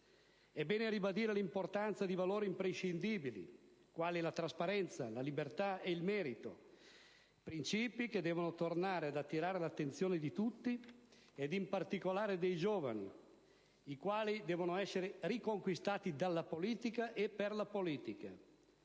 È bene ribadire l'importanza di valori imprescindibili quali la trasparenza, la libertà e il merito. Principi che devono tornare ad attirare l'attenzione di tutti ed in particolare dei giovani, i quali devono essere riconquistati dalla politica e per la politica.